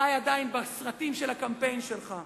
חי עדיין בסרטים של הקמפיין שלך.